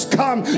come